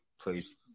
please